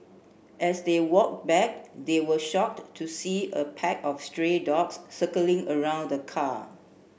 as they walked back they were shocked to see a pack of stray dogs circling around the car